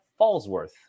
Fallsworth